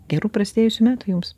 gerų prasidėjusių metų jums